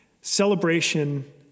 celebration